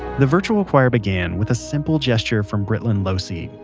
the virtual choir began with simple gesture from britlin losee.